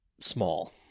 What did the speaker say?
small